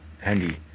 handy